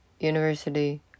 University